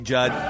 Judd